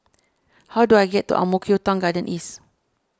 how do I get to Ang Mo Kio Town Garden East